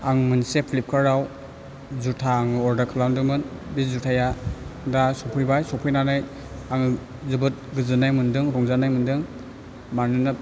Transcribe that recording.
आं मोनसे फ्लिपकार्टआव जुटा आङो अर्दार खालामदोंमोन बे जुथाया दा सफैबाय सफैनानै आङो जोबोद गोजोन्नाइ मोन्दों रंजानाइ मोन्दों मानोना